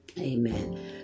Amen